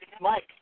Mike